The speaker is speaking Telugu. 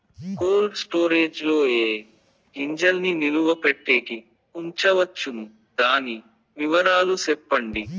కోల్డ్ స్టోరేజ్ లో ఏ ఏ గింజల్ని నిలువ పెట్టేకి ఉంచవచ్చును? దాని వివరాలు సెప్పండి?